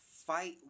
fight